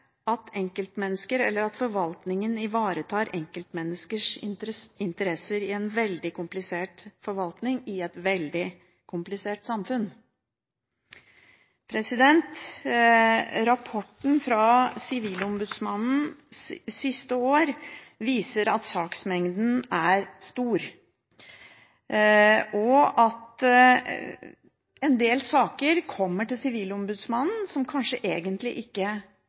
at forvaltningen ivaretar enkeltmenneskers interesser i en veldig komplisert forvaltning i et veldig komplisert samfunn. Rapporten fra Sivilombudsmannen siste år viser at saksmengden er stor, og at en del saker kommer til Sivilombudsmannen som kanskje egentlig ikke